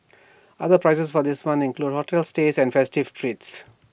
other prizes for this month include hotel stays and festive treats